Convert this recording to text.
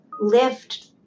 lift